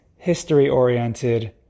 History-oriented